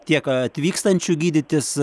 tiek atvykstančių gydytis